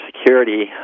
security